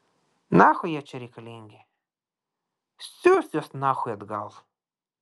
nachui jie čia reikalingi siųst juos nachui atgal